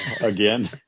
again